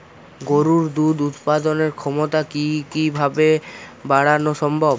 গরুর দুধ উৎপাদনের ক্ষমতা কি কি ভাবে বাড়ানো সম্ভব?